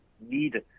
need